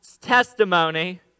testimony